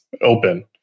open